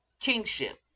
kingship